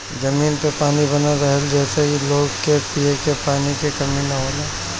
जमीन में पानी बनल रहेला जेसे लोग के पिए के पानी के कमी ना होला